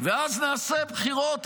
ואז נעשה בחירות.